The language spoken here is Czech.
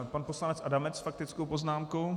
Pan poslanec Adamec s faktickou poznámkou.